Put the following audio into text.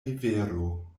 rivero